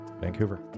Vancouver